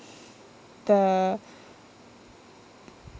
the